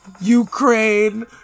Ukraine